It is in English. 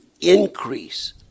increase